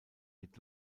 mit